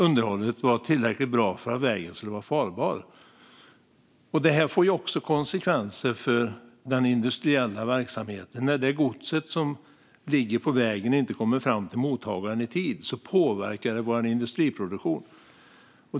Underhållet var inte tillräckligt bra för att vägen skulle vara farbar. Detta får också konsekvenser för den industriella verksamheten. När det gods som fraktas på väg inte kommer fram till mottagaren i tid påverkar det vår industriproduktion.